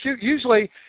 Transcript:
usually